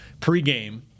pregame